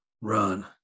run